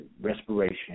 respiration